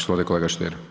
Izvolite kolega Stier.